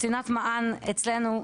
קצינת מע"ן אצלנו,